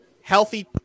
healthy